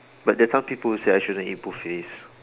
but there are some people who say I shouldn't eat buffets